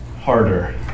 harder